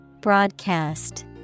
Broadcast